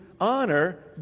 honor